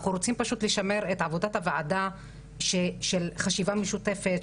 אנחנו רוצים פשוט לשמר את עבודת הוועדה של חשיבה משותפת,